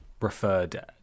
referred